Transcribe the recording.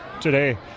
today